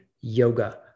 yoga